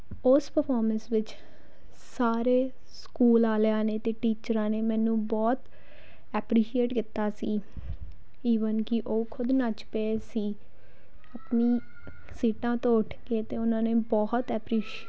ਉਸ ਪਰਫੋਰਮੈਂਸ ਵਿੱਚ ਸਾਰੇ ਸਕੂਲ ਵਾਲਿਆਂ ਨੇ ਅਤੇ ਟੀਚਰਾਂ ਨੇ ਮੈਨੂੰ ਬਹੁਤ ਐਪਰੀਸ਼ੀਏਟ ਕੀਤਾ ਸੀ ਈਵਨ ਕਿ ਉਹ ਖੁਦ ਨੱਚ ਪਏ ਸੀ ਆਪਣੀ ਸੀਟਾਂ ਤੋਂ ਉੱਠ ਕੇ ਅਤੇ ਉਹਨਾਂ ਨੇ ਬਹੁਤ ਐਪਰੀਸ਼